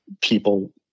people